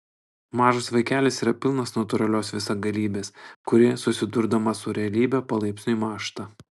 mažas vaikelis yra pilnas natūralios visagalybės kuri susidurdama su realybe palaipsniui mąžta